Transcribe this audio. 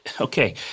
okay